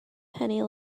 penny